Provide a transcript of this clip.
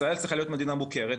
ישראל צריכה להיות מדינה מוכרת,